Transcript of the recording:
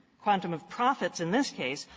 quantum of profits in this case,